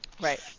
Right